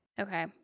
Okay